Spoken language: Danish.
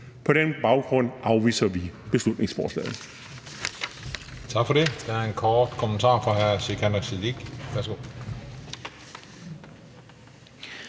På den baggrund afviser vi beslutningsforslaget.